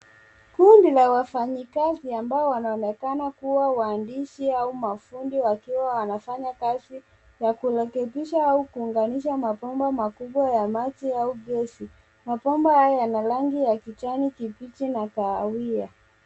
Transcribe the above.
Kundi la wafanyikazi ambao wanaonekana kuwa wahandisi au mafundi wakiwa wanafanya kazi ya kurekebisha au kuunganisha mabomba makubwa ya maji au gesi. Mabomba hayo yana rangi ya kijani kibichi na kahawia.